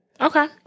Okay